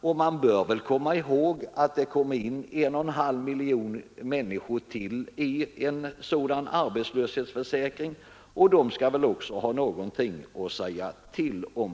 Och man bör väl ha i minnet att det kommer in 1,5 miljoner människor till i en sådan arbetslöshetsförsäkring. De skall väl också ha något att säga till om.